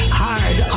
hard